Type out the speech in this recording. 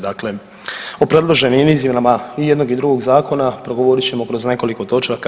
Dakle o predloženim izmjenama i jednog i drugog zakona progovorit ćemo kroz nekoliko točaka.